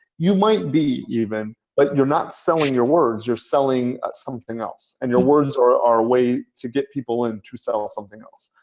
you might be even. but you're not selling your words, you're selling something else. and your words are a way to get people in to sell something else.